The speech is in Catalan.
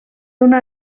una